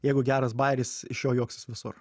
jeigu geras bajeris iš jo juoksis visur